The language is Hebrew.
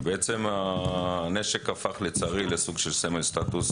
ובעצם הנשק הפך, לצערי, לסוג של סמל סטטוס